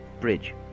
bridge